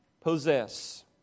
possess